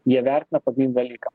jie vertina pagrindinį dalyką